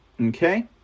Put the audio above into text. Okay